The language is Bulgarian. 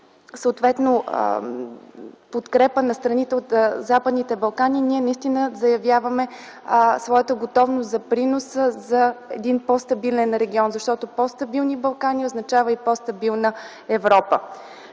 съответно подкрепа на страните от Западните Балкани. Ние наистина заявяваме своята готовност за принос за един по стабилен регион, защото по-стабилните Балкани означават и по-стабилна Европа.